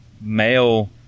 male